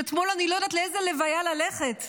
אתמול לא ידעתי לאיזו לוויה ללכת,